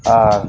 ᱟᱨ